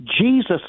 Jesus